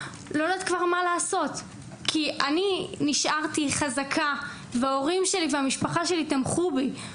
לא יודעת מה לעשות כי אני נשארתי חזקה וההורים שלי והמשפחה שלי תמכו בי.